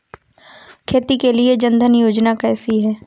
खेती के लिए जन धन योजना कैसी है?